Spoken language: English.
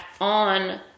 on